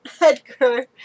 Edgar